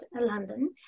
london